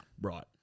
Right